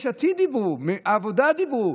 יש עתיד דיברו, העבודה דיברו,